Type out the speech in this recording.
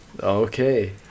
Okay